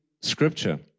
scripture